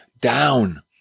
down